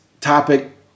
topic